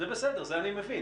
זה בסדר, זה אני מבין.